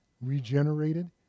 regenerated